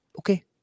Okay